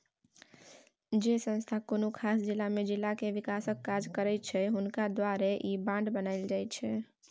जे संस्था कुनु खास जिला में जिला के विकासक काज करैत छै हुनका द्वारे ई बांड बनायल जाइत छै